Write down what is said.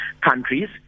countries